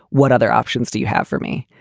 what other options do you have for me?